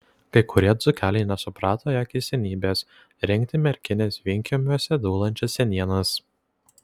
kai kurie dzūkeliai nesuprato jo keistenybės rinkti merkinės vienkiemiuose dūlančias senienas